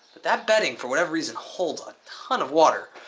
that bedding, for whatever reason, holds a ton of water,